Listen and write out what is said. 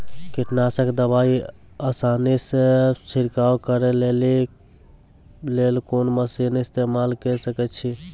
कीटनासक दवाई आसानीसॅ छिड़काव करै लेली लेल कून मसीनऽक इस्तेमाल के सकै छी?